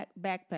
backpack